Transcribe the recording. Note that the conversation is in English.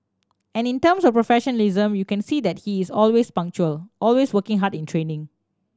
and in terms of professionalism you can see that he is always punctual always working hard in training